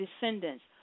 descendants